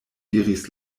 diris